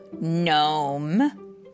gnome